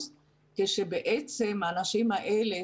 כשבעצם האנשים האלה,